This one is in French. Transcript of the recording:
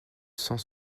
cent